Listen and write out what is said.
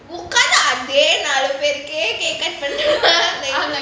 உட்கார்ந்து அதே நாலு பேருக்கே:utkarnthu athae naalu paerukae